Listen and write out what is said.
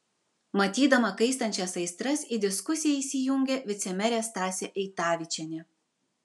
matydama kaistančias aistras į diskusiją įsijungė vicemerė stasė eitavičienė